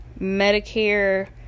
Medicare